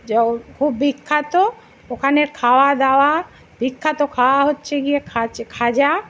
খুব বিখ্যাত ওখানের খাওয়া দাওয়া বিখ্যাত খাওয়া হচ্ছে গিয়ে খাজা